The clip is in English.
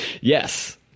Yes